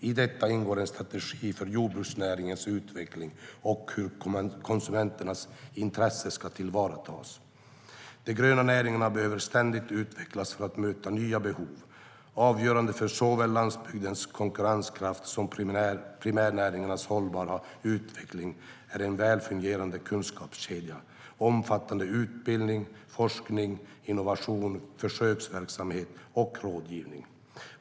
I detta ingår en strategi för jordbruksnäringens utveckling och hur konsumenternas intressen ska tillvaratas.De gröna näringarna behöver ständigt utvecklas för att möta nya behov. Avgörande för såväl landsbygdens konkurrenskraft som primärnäringarnas hållbara utveckling är en väl fungerande kunskapskedja omfattande utbildning, forskning, innovation, försöksverksamhet och rådgivning.